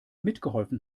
mitgeholfen